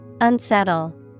Unsettle